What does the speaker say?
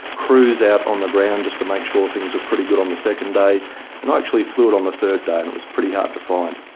crews out on the ground just to make sure things were pretty good on the second day. and i actually flew it on the third day and it was pretty hard to find.